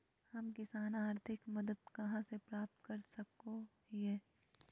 हम किसान आर्थिक मदत कहा से प्राप्त कर सको हियय?